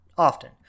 often